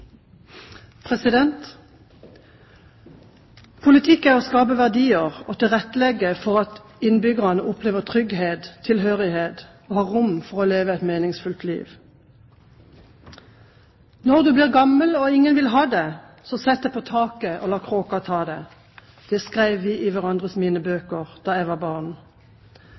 for at innbyggerne opplever trygghet og tilhørighet og har rom for å leve et meningsfullt liv. «Når du blir gammel og ingen vil ha deg, sett deg på taket og la kråka ta deg!» Det skrev vi i hverandres minnebøker da jeg var barn.